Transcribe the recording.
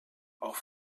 auch